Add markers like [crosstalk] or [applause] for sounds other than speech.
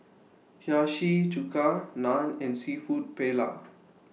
Hiyashi Chuka Naan and Seafood Paella [noise]